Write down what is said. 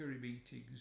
meetings